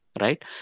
right